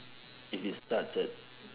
if it starts at